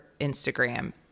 Instagram